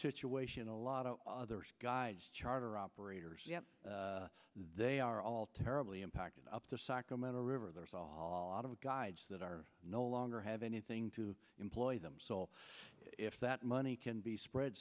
situation a lot of other guys charter operators yep they are all terribly impacted up the sacramento river there's all of the guides that are no longer have anything to employ them so if that money can be spread